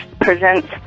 presents